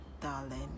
darling